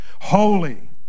holy